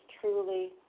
truly